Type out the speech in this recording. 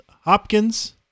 Hopkins